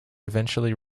eventually